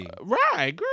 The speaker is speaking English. right